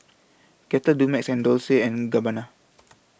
Kettle Dumex and Dolce and Gabbana